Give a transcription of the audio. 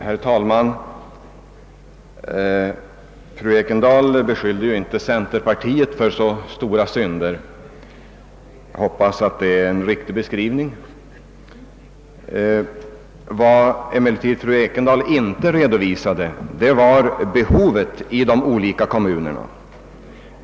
Herr talman! Fru Ekendahl beskyllde ju inte centerpartiet för så stora synder, och jag hoppas det var en riktig beskrivning. Hon redovisade emellertid inte behovet i de olika kommunerna.